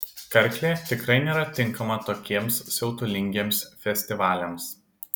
karklė tikrai nėra tinkama tokiems siautulingiems festivaliams